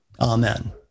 Amen